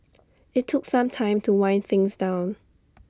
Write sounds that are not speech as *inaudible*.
IT took some time to wind things down *noise*